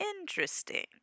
Interesting